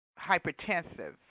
hypertensive